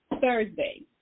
Thursday